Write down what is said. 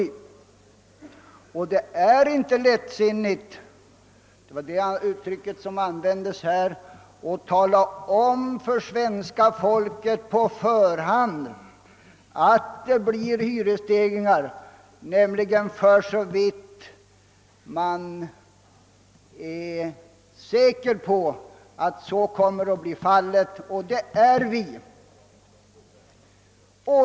Det är inte lättsinnigt — för att ta det uttryck som här användes — att på förhand tala om för svenska folket att det blir hyresstegringar om man är säker på detta, och det är vi.